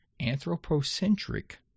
anthropocentric